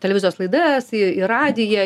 televizijos laidas į į radiją